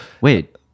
Wait